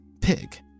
pig